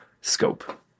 scope